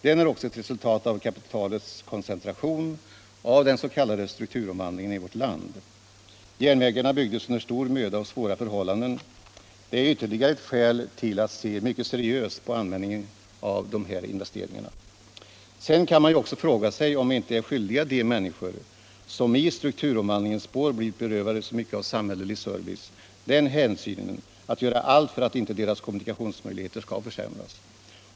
Den är också ett resultat av kapitalets koncentration och av den s.k. strukturomvandlingen i vårt land. Järnvägarna byggdes under stor möda och svåra förhållanden — det är ytterligare ett skäl till att se mycket seriöst på användningen av dessa investeringar. Sedan kan man ju också fråga sig om vi inte är skyldiga de människor, som i strukturomvandlingens spår blivit berövade så mycket av samhällelig service, den hänsynen att göra allt för att inte deras kommunikationsmöjligheter skall försämras.